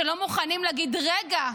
שלא מוכנים להגיד: רגע,